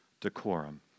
decorum